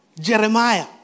Jeremiah